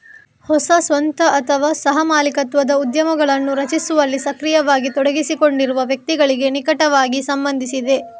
ಹೊಸ ಸ್ವಂತ ಅಥವಾ ಸಹ ಮಾಲೀಕತ್ವದ ಉದ್ಯಮಗಳನ್ನು ರಚಿಸುವಲ್ಲಿ ಸಕ್ರಿಯವಾಗಿ ತೊಡಗಿಸಿಕೊಂಡಿರುವ ವ್ಯಕ್ತಿಗಳಿಗೆ ನಿಕಟವಾಗಿ ಸಂಬಂಧಿಸಿದೆ